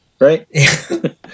right